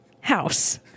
house